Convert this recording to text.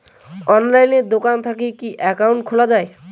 অনলাইনে দোকান থাকি কি একাউন্ট খুলা যায়?